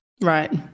right